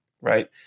right